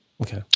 Okay